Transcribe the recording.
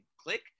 click